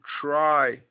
try